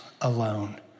alone